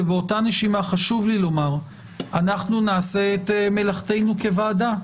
ובאותה נשימה חשוב לי לומר שאנחנו נעשה את מלאכתנו כוועדה.